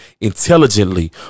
Intelligently